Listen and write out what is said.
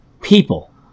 People